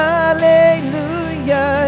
Hallelujah